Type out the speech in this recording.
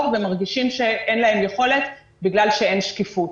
ומרגישים שאין להם יכולת בגלל שאין שקיפות.